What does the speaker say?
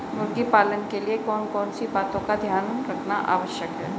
मुर्गी पालन के लिए कौन कौन सी बातों का ध्यान रखना आवश्यक है?